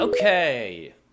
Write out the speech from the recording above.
Okay